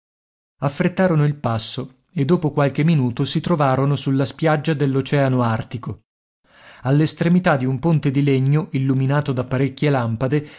praticissima affrettarono il passo e dopo qualche minuto si trovarono sulla spiaggia dell'oceano artico all'estremità di un ponte di legno illuminato da parecchie lampade